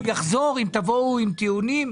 הוא יחזור אם תבואו עם טיעונים.